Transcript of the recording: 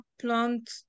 plant